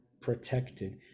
protected